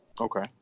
Okay